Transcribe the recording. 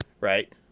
right